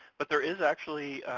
but there is actually